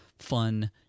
Fun